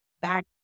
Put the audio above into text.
back